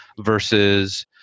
versus